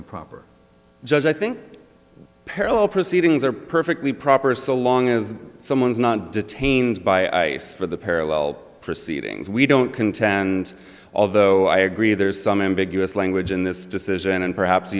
improper just i think parallel proceedings are perfectly proper so long as someone is not detained by for the parallel proceedings we don't contend although i agree there is some ambiguous language in this decision and perhaps